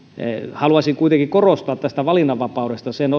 haluaisin kuitenkin korostaa tästä valinnanvapaudesta sen